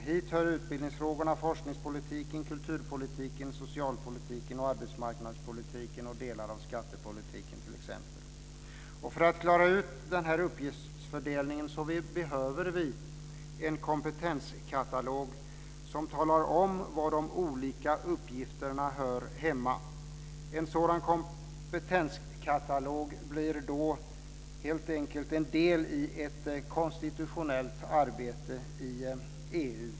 Hit hör utbildningsfrågorna, forskningspolitiken, kulturpolitiken, socialpolitiken och arbetsmarknadspolitiken, liksom delar av skattepolitiken t.ex. För att klara ut denna uppgiftsfördelning behöver vi en kompetenskatalog som talar om var de olika uppgifterna hör hemma. En sådan kompetenskatalog blir då helt enkelt en del i ett konstitutionellt arbete i EU.